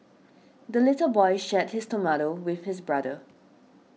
the little boy shared his tomato with his brother